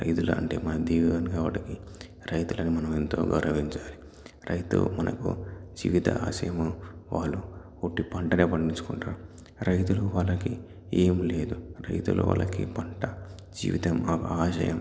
రైతులు అంటే మన దేవుడు కాబట్టి రైతులని మనం ఎంతో గౌరవించాలి రైతు మనకు జీవిత ఆశయము వాళ్ళు ఒట్టి పంటనే పండించుకుంటారు రైతులు వాళ్ళకి ఏం లేదు రైతులు వాళ్ళకి పంట జీవితం ఒక ఆశయం